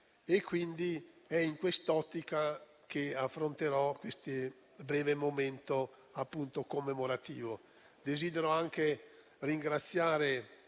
ed è in quest'ottica che affronterò questo breve momento commemorativo.